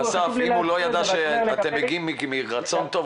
אם הוא לא ידע שאתם מגיעים מתוך רצון טוב,